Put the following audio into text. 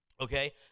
Okay